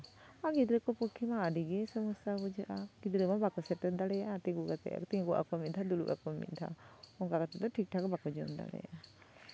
ᱜᱤᱫᱽᱨᱟᱹ ᱠᱚ ᱯᱚᱠᱠᱷᱮ ᱫᱚ ᱟᱹᱰᱤᱜᱮ ᱥᱚᱢᱚᱥᱥᱟ ᱵᱩᱡᱷᱟᱹᱜᱼᱟ ᱜᱤᱫᱽᱨᱟᱹ ᱢᱟ ᱵᱟᱠᱚ ᱥᱮᱴᱮᱨ ᱫᱟᱲᱮᱭᱟᱜᱼᱟ ᱛᱤᱸᱜᱩ ᱠᱟᱛᱮᱜ ᱛᱤᱸᱜᱩ ᱟᱠᱚ ᱢᱤᱫ ᱫᱷᱟᱣ ᱫᱩᱲᱩᱵ ᱟᱠᱚ ᱢᱤᱫ ᱫᱷᱟᱣ ᱚᱠᱟ ᱠᱟᱛᱮᱜ ᱫᱚ ᱴᱷᱤᱠ ᱴᱷᱟᱠ ᱵᱟᱠᱚ ᱡᱚᱢ ᱫᱟᱲᱮᱜ